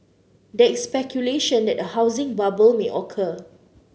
there is speculation that a housing bubble may occur